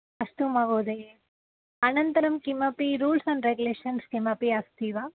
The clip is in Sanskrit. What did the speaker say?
अस्तु महोदये अनन्तरं किमपि रूल्स् अण्ड् रेगुलेशन्स् किमपि अस्ति वा